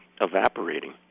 evaporating